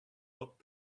book